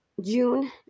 June